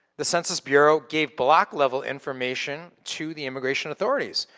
the census bureau gave block level information to the immigration authorities,